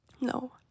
No